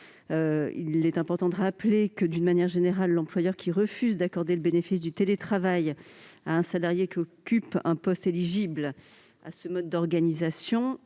Il est important de rappeler que, d'une manière générale, l'employeur qui refuse d'accorder le bénéfice du télétravail à un salarié qui occupe un poste éligible à ce mode d'organisation